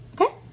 Okay